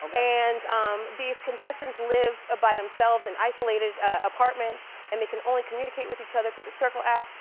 um and um these contestants live ah by themselves in isolated apartments and they can only communicate with each other through the circle app.